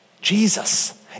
Jesus